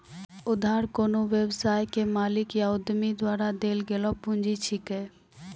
उधार कोन्हो व्यवसाय के मालिक या उद्यमी द्वारा देल गेलो पुंजी छिकै